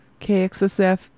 KXSF